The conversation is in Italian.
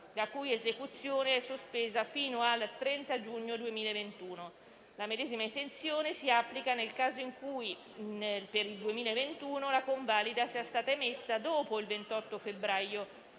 la cui esecuzione è sospesa fino al 30 giugno 2021. La medesima esenzione si applica nel caso in cui, per il 2021, la convalida sia stata emessa dopo il 28 febbraio